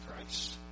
Christ